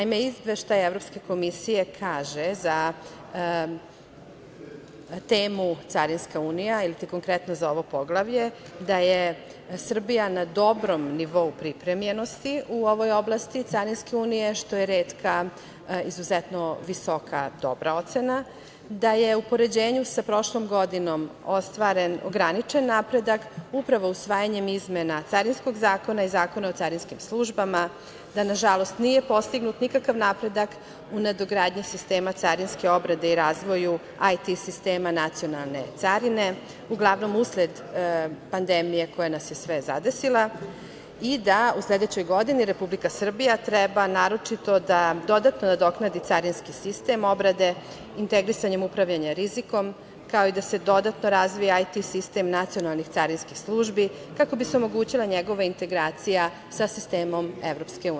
Izveštaj kaže za temu Carinska unija i za konkretno ovo poglavlje da je Srbija na dobrom nivou pripremljenosti u ovoj oblasti Carinske unije, što je izuzetno dobra ocena, da je u poređenju sa prošlom godinom ostvaren ograničen napredak upravo usvajanjem izmena Carinskog zakona i Zakona o carinskim službama, da nažalost nije postignut nikakav napredak u nadogradnji sistema carinske obrade i razvoja IT sistema nacionalne carine, uglavnom usled pandemije koja nas je sve zadesila i da u sledećoj godini Republika Srbija treba naročito da dodatno nadogradi carinski sistem obrade, integrisanje upravljanje rizikom, kao i da se dodatno razvija IT sistem nacionalnih carinskih službi, kako bi se omogućila njegova integracija sa sistemom EU.